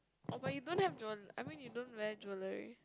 oh but you don't have jewel I mean you don't wear jewel right